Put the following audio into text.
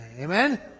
Amen